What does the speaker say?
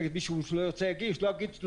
נגד מי שלא ירצה, לא יגיש.